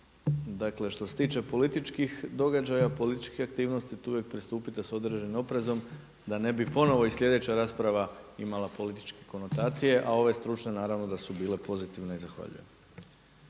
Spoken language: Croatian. dakle što se tiče političkih događaja, političke aktivnosti tu pristupite s određenim oprezom da ne bi ponovo i sljedeća rasprava ima političke konotacije, a ove stručne naravno da su bile pozitivne i zahvaljujem.